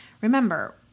Remember